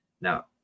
now